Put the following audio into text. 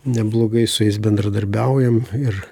neblogai su jais bendradarbiaujam ir